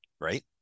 right